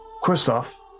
Christoph